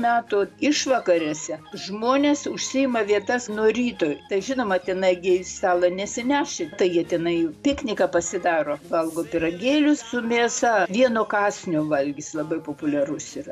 metų išvakarėse žmonės užsiima vietas nuo ryto tai žinoma tenai gi stalo nesineši tai jie tenai pikniką pasidaro valgo pyragėlius su mėsa vieno kąsnio valgis labai populiarus yra